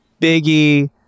Biggie